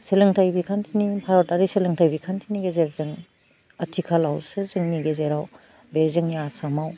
सोलोंथाइ बिखान्थिनि भारतआरि सोलोंथाइ बिखान्थिनि गेजेरजों आथिखालावसो जोंनि गेजेराव बे जोंनि आसामाव